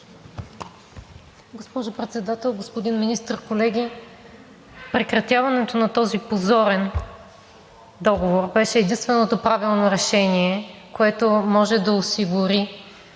Госпожо Председател, господин Министър, колеги! Прекратяването на този позорен договор беше единственото правилно решение, което може да осигури